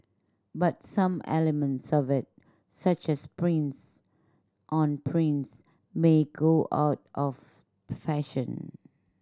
but some elements such as prints on prints may go out of fashion